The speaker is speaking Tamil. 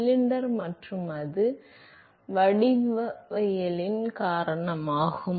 சிலிண்டர் மற்றும் அது வடிவவியலின் காரணமாகும்